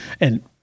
And-